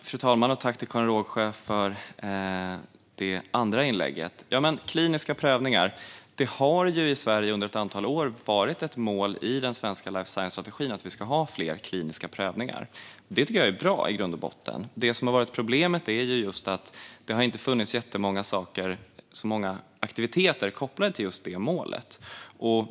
Fru talman! Tack till Karin Rågsjö för det andra inlägget! När det gäller kliniska prövningar har det under ett antal år varit ett mål i den svenska life science-strategin att vi ska ha fler kliniska prövningar. Det tycker jag i grund och botten är bra. Det som har varit problemet är just att det inte har funnits så många aktiviteter kopplade till detta mål.